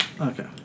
Okay